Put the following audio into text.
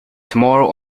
tomorrow